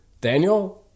Daniel